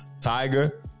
Tiger